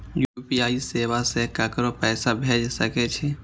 UPI सेवा से ककरो पैसा भेज सके छी?